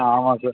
ஆ ஆமாம் சார்